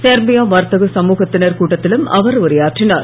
Serbia வர்த்தக சமூகத்தினர் கூட்டத்திலும் அவர் உரையாற்றினார்